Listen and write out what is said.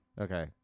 Okay